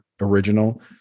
original